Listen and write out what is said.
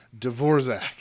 Dvorak